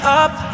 up